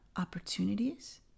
opportunities